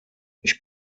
ich